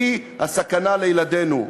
שהיא הסכנה לילדינו?